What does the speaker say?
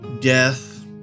death